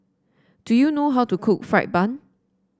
do you know how to cook fried bun